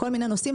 כל מיני נושאים,